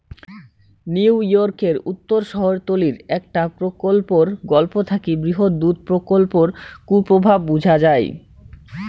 নিউইয়র্কের উত্তর শহরতলীর একটা প্রকল্পর গল্প থাকি বৃহৎ দুধ প্রকল্পর কুপ্রভাব বুঝা যাই